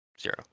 Zero